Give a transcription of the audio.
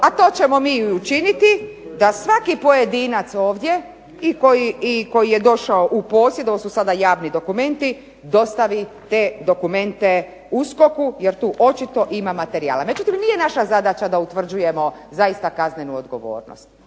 ako ćemo mi učiniti da svaki pojedinac ovdje, ako je došao u posjed, ovo su sada javni dokumenti dostavi te dokumente USKOK-u jer tu očito ima materijala. Međutim, nije naša zadaća da utvrđujemo zaista kaznenu odgovornost,